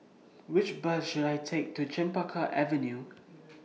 Which Bus should I Take to Chempaka Avenue